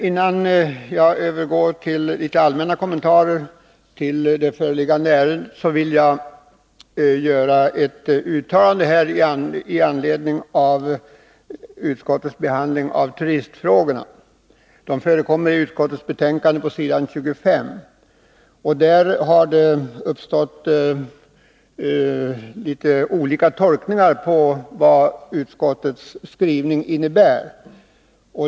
Innan jag övergår till några allmänna kommentarer till det föreliggande ärendet, vill jag göra ett uttalande i anledning av utskottsbehandlingen av turistfrågorna. De berörs i näringsutskottets betänkande på s. 25. Det har uppstått litet olika tolkningar av vad utskottets skrivning innebär.